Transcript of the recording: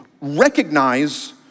recognize